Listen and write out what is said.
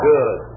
Good